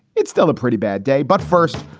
it's still a pretty bad day but first,